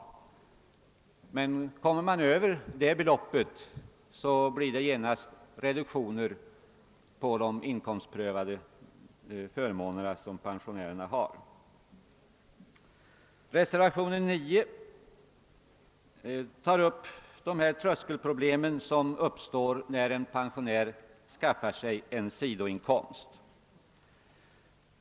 Om man kommer över det beloppet blir det genast reduktion på de inkomstprövade förmåner som pensionärerna har. I reservationen 9 tar vi upp de tröskelproblem som uppstår, när en pensionär skaffar sig en sidoinkomst.